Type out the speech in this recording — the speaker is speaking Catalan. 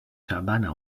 sabana